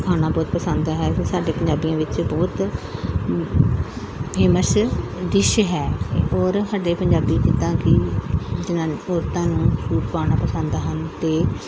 ਖਾਣਾ ਬਹੁਤ ਪਸੰਦ ਹੈ ਅਤੇ ਸਾਡੇ ਪੰਜਾਬੀਆਂ ਵਿੱਚ ਬਹੁਤ ਫੇਮਸ ਡਿਸ਼ ਹੈ ਔਰ ਸਾਡੇ ਪੰਜਾਬੀ ਜਿੱਦਾਂ ਕਿ ਜਨਾ ਔਰਤਾਂ ਨੂੰ ਸੂਟ ਪਾਉਣਾ ਪਸੰਦ ਹਨ ਅਤੇ